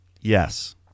Yes